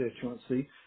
constituency